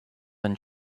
then